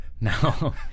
No